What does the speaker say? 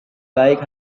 baik